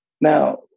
Now